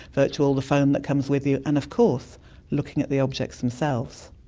virtual, the phone that comes with you, and of course looking at the objects themselves.